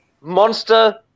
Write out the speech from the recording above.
Monster